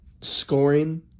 scoring